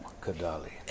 Kadali